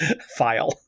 file